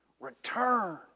Return